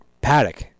paddock